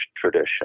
tradition